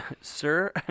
Sir